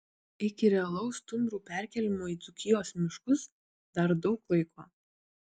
iki realaus stumbrų perkėlimo į dzūkijos miškus dar daug laiko